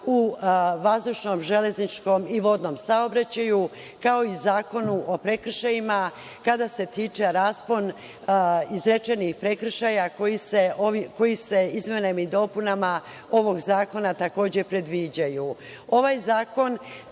u vazdušnom, železničkom i vodnom saobraćaju, kao i Zakon o prekršajima kada se tiče raspon izrečenih prekršaja koji se izmenama i dopunama ovog zakona takođe predviđaju. Ovaj